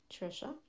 Trisha